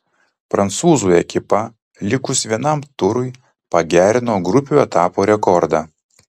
prancūzų ekipa likus vienam turui pagerino grupių etapo rekordą